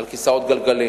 על כיסאות גלגלים,